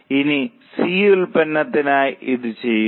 ഇനി സി ഉൽപ്പന്നത്തിനായി ഇത് ചെയ്യുക